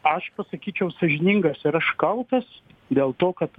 aš pasakyčiau sąžiningas ir aš kaltas dėl to kad